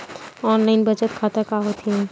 Online बचत खाता का होथे?